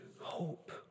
hope